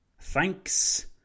Thanks